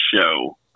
show